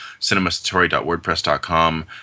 cinemastory.wordpress.com